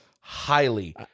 highly